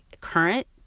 current